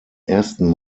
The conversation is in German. ersten